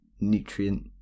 nutrient